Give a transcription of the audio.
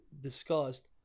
discussed